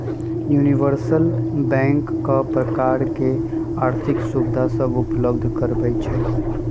universal bank कय प्रकार के आर्थिक सुविधा सभ उपलब्ध करबइ छइ